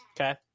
Okay